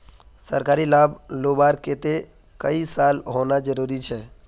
सरकारी लाभ लुबार केते कई साल होना जरूरी छे?